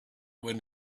when